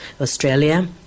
Australia